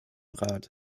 rat